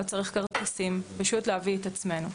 לא צריך כרטיסים, פשוט להביא את עצמנו.